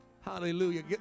Hallelujah